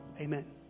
Amen